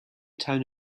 town